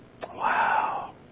Wow